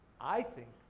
i think,